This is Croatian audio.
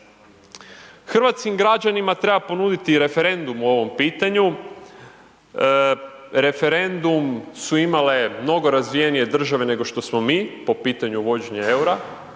Hrvatskim građanima treba ponuditi referendum o ovom pitanju, referendum su imale mnogo razvijenije države nego što smo mi po pitanju uvođenja EUR-a,